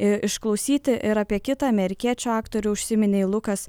išklausyti ir apie kitą amerikiečių aktorių užsiminė lukas